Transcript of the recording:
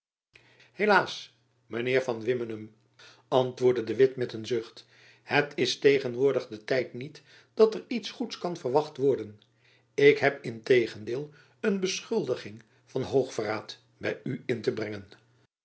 mijn heer van wimmenum antwoordde de witt met een zucht het is tegenwoordig de tijd niet dat er iets goeds kan verwacht worden ik heb in tegendeel een beschuldiging van hoog verraad by u in te brengen